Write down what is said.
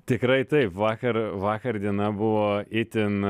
tikrai taip vakar vakar diena buvo itin